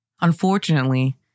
Unfortunately